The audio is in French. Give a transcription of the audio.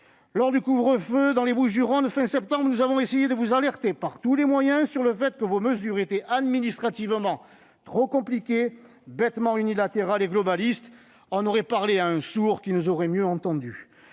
du couvre-feu dans les Bouches-du-Rhône, nous avons essayé de vous alerter par tous les moyens sur le fait que vos mesures étaient administrativement trop compliquées, bêtement unilatérales et globalistes. Nous aurions parlé à un sourd qu'il nous aurait mieux entendus